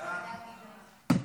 16:00.